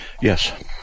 Yes